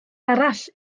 arall